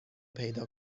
پیدا